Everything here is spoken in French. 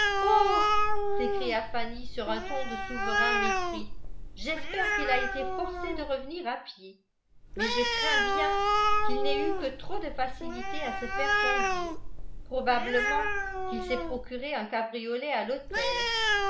oh s'écria fanny sur un ton de souverain mépris j'espère qu'il a été forcé de revenir à pied mais je crains bien qu'il n'ait eu que trop de facilité à se faire conduire probablement qu'il s'est procuré un cabriolet à l'hôtel